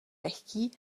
lehký